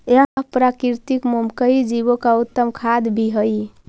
यह प्राकृतिक मोम कई जीवो का उत्तम खाद्य भी हई